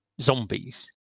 zombies